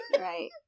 Right